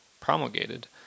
promulgated